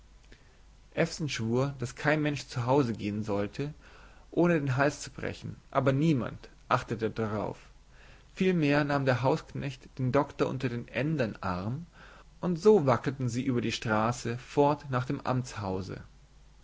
schwur daß kein mensch zu hause gehen solle ohne den hals zu brechen aber niemand achtete darauf vielmehr nahm der hausknecht den doktor unter den einen den amtmann der noch immer über den verlust des prinzen eugen lamentierte unter den ändern arm und so wackelten sie über die straße fort nach dem